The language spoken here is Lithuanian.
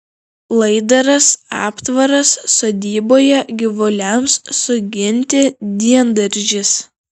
laidaras aptvaras sodyboje gyvuliams suginti diendaržis